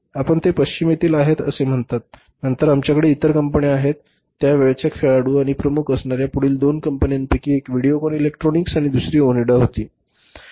आपण ते पश्चिमेतील आहेत असे म्हणतात नंतर आमच्याकडे इतर कंपन्या आहेत आणि त्या वेळच्या खेळाडू आणि प्रमुख असणारया पुढील दोन कंपन्यांपैकी एक व्हिडिओकॉन इलेक्ट्रॉनिक्स आणि दुसरी ओनिडा होती बरोबर